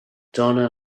donna